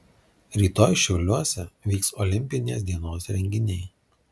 rytoj šiauliuose vyks olimpinės dienos renginiai